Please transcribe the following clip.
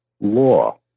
law